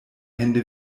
hände